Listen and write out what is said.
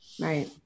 right